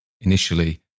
initially